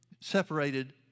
separated